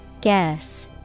Guess